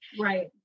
Right